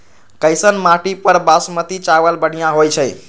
कैसन माटी पर बासमती चावल बढ़िया होई छई?